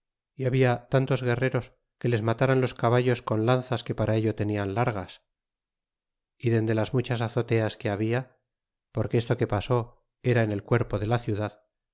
y habla tantos guerreros que les mataran los caballos con lanzas que para ello tenían largas y dende las muchas azoteas que habia porque esto que pasó era en el cuerpo de la ciudad